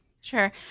Sure